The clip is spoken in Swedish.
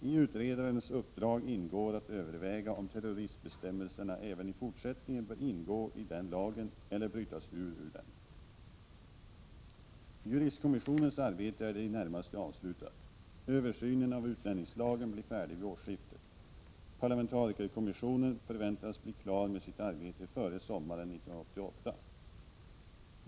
I utredarens uppdrag ingår att överväga om terroristbestämmelserna även i fortsättningen bör ingå i den lagen eller brytas ut ur den. Juristkommissionens arbete är i det närmaste avslutat. Översynen av utlänningslagen blir färdig vid årsskiftet. Parlamentarikerkommissionen förväntas bli klar med sitt arbete före sommaren 1988.